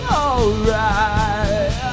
alright